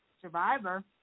Survivor